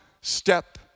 step